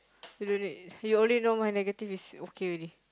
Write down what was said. you don't need you only my negatives is okay already